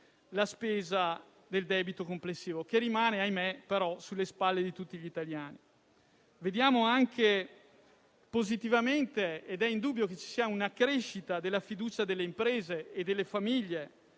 la spesa del debito complessivo, che rimane - ahimè - pur tuttavia, sulle spalle di tutti gli italiani. Vediamo anche positivamente - è indubbio che ci sia - una crescita di fiducia delle imprese e delle famiglie: